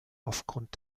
aufgrund